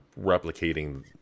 replicating